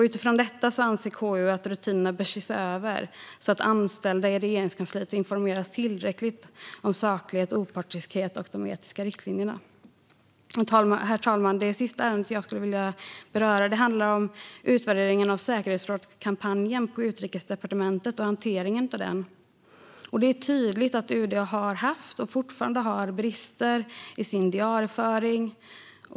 Utifrån detta anser KU att rutinerna bör ses över så att anställda i Regeringskansliet informeras tillräckligt om saklighet, opartiskhet och de etiska riktlinjerna. Herr talman! Det sista ärende jag vill beröra handlar om utvärderingen av säkerhetsrådskampanjen på Utrikesdepartementet och hanteringen av den. Det är tydligt att UD har haft och fortfarande har brister i sin diarieföring.